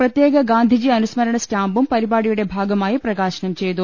പ്രത്യേക ഗാന്ധിജി അനുസ്മരണ സ്റ്റാമ്പും പരിപാടിയുടെ ഭാഗമായി പ്രകാശനം ചെയ്തു